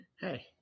hey